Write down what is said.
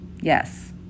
Yes